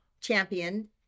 champion